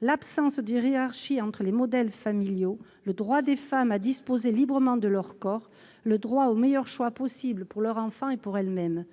l'absence de hiérarchie entre les modèles familiaux, le droit des femmes à disposer librement de leur corps, le droit au meilleur choix possible, pour leur enfant et pour elles-mêmes.